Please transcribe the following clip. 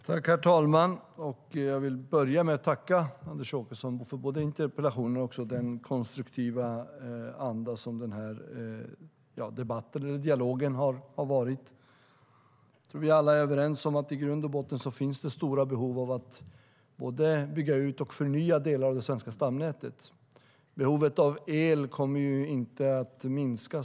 Herr talman! Jag vill börja med att tacka Anders Åkesson både för interpellationen och för den konstruktiva anda som denna dialog har förts i.Vi är alla överens om att det i grund och botten finns stora behov av att bygga ut och förnya delar av det svenska stamnätet. Behovet av el kommer ju inte att minska.